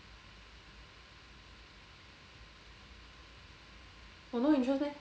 got no interest meh